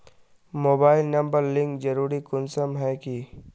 Mobile number link जरुरी कुंसम है की?